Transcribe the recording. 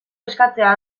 eskatzea